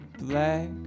black